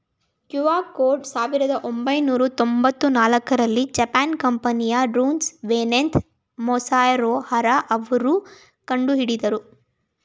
QR code ಸಾವಿರದ ಒಂಬೈನೂರ ತೊಂಬತ್ತ ನಾಲ್ಕುರಲ್ಲಿ ಜಪಾನಿನ ಕಂಪನಿ ಡೆನ್ಸೊ ವೇವ್ನಿಂದ ಮಸಾಹಿರೊ ಹರಾ ಅವ್ರು ಕಂಡುಹಿಡಿದ್ರು